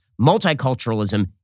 Multiculturalism